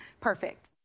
perfect